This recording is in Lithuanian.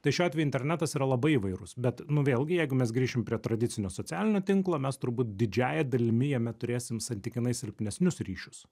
tai šiuo atveju internetas yra labai įvairus bet nu vėlgi jeigu mes grįšim prie tradicinio socialinio tinklo mes turbūt didžiąja dalimi jame turėsim santykinai silpnesnius ryšius